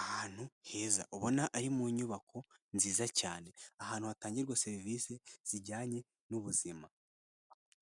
Ahantu heza ubona ari mu nyubako nziza cyane. Ahantu hatangirwa serivisi zijyanye n'ubuzima.